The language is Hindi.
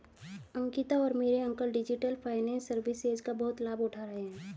अंकिता और मेरे अंकल डिजिटल फाइनेंस सर्विसेज का बहुत लाभ उठा रहे हैं